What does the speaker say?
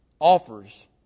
offers